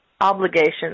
obligations